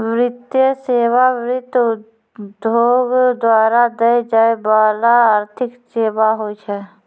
वित्तीय सेवा, वित्त उद्योग द्वारा दै जाय बाला आर्थिक सेबा होय छै